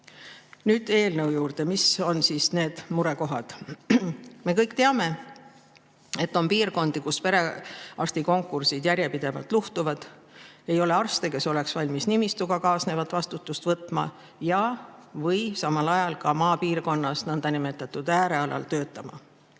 Nüüd eelnõu juurde. Mis on need murekohad? Me kõik teame, et on piirkondi, kus perearstikonkursid järjepidevalt luhtuvad. Ei ole arste, kes oleksid valmis nimistuga kaasnevat vastutust võtma ja samal ajal maapiirkonnas, nõndanimetatud äärealal töötama.